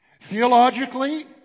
Theologically